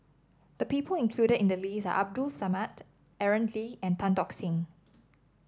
the people included in the list are Abdul Samad Aaron Lee and Tan Tock Seng